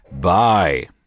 bye